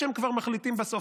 כשהם כבר מחליטים בסוף,